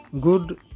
good